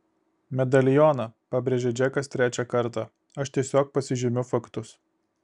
medalioną pabrėžė džekas trečią kartą aš tiesiog pasižymiu faktus